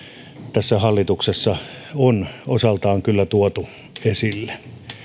tässä hallituksessa on osaltaan kyllä tuotu esille